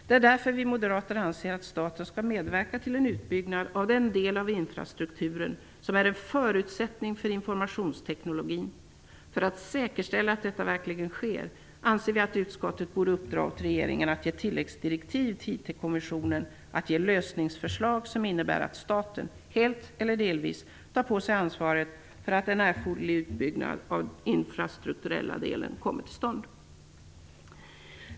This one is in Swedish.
Det är därför vi moderater anser att staten skall medverka till en utbyggnad av den del av infrastrukturen som är en förutsättning för informationstekniken. Vi anser att utskottet borde uppdra åt regeringen att ge tilläggsdirektiv till IT-kommissionen att, för att säkerställa att så sker, ge lösningsförslag som innebär att staten helt eller delvis tar på sig ansvaret för att en erforderlig utbyggnad av denna infrastrukturella del kommer till stånd.